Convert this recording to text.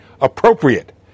appropriate